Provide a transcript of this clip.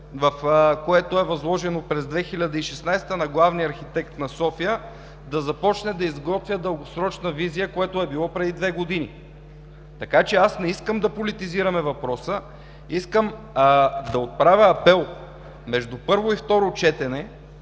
в което е възложено през 2016 г. на главния архитект на София да започне да изготвя дългосрочна визия, което е било преди две години. Така че аз не искам да политизираме въпроса, искам да отправя апел между първо и второ четене